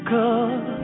Cause